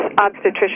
obstetrician